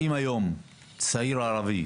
אם היום צעיר ערבי